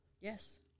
Yes